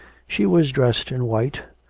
she was dressed in white,